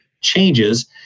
changes